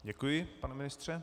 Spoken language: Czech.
Děkuji, pane ministře.